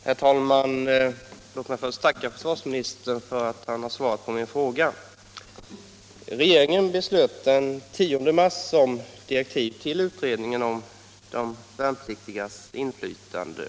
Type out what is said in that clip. Herr talman! Jag vill först tacka försvarsministern för svaret på min fråga. : Regeringen beslutade den 10 mars om direktiv till utredningen om de värnpliktigas inflytande.